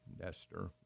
nester